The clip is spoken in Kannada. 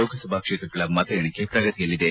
ಲೋಕಸಭಾ ಕ್ಷೇತ್ರಗಳ ಮತ ಎಣಿಕೆ ಪ್ರಗತಿಯಲ್ಲಿದೆ